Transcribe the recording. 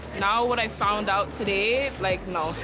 now what i found out today, like no.